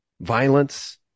violence